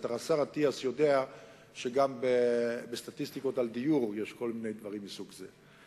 בטח השר אטיאס יודע שגם בסטטיסטיקות על דיור יש כל מיני דברים מסוג זה.